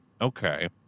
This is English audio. Okay